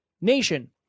Nation